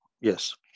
Yes